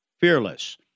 fearless